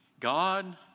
God